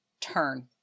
turn